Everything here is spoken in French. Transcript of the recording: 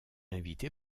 inviter